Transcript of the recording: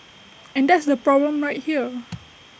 and that's the problem right there